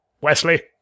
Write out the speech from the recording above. Wesley